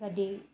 कॾहिं